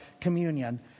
communion